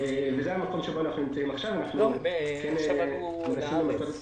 אנו מנסים למצות את